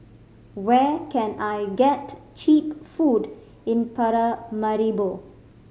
where can I get cheap food in Paramaribo